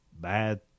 bad